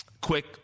quick